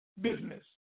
business